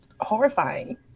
horrifying